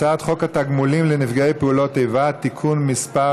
הצעת חוק התגמולים לנפגעי פעולות איבה (תיקון מס'